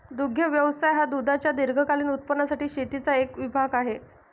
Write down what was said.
दुग्ध व्यवसाय हा दुधाच्या दीर्घकालीन उत्पादनासाठी शेतीचा एक विभाग आहे